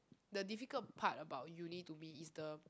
the difficult part about uni to me is the